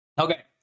Okay